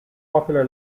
popular